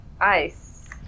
ice